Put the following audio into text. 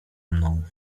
mną